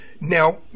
Now